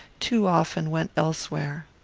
too often went elsewhere.